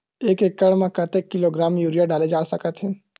एक एकड़ म कतेक किलोग्राम यूरिया डाले जा सकत हे?